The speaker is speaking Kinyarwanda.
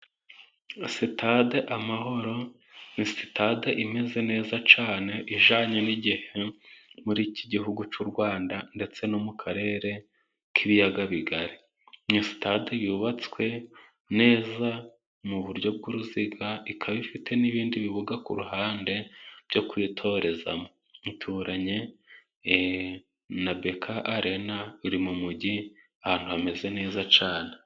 Sitade amahoro ni sitade imeze neza cyane ijyanye n'igihe, muri iki gihugu cy'u Rwanda ndetse no mu karere k'ibiyaga bigari, iyo sitade yubatswe neza mu buryo bw'uruziga, ikaba ifite n'ibindi bibuga ku ruhande byo kwitorezamo. Ituranye na beka Arena iri mu mugi ahantu hameze neza cyane.